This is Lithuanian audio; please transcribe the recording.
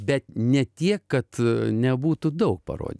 bet ne tiek kad nebūtų daug parodė